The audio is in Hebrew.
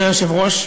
אדוני היושב-ראש,